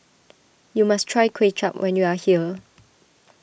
you must try Kway Chap when you are here